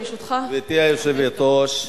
גברתי היושבת-ראש,